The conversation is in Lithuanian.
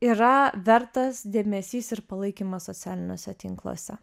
yra vertas dėmesys ir palaikymas socialiniuose tinkluose